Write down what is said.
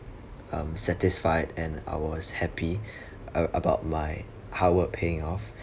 um satisfied and I was happy uh about my hard work paying off